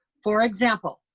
for example,